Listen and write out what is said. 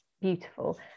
beautiful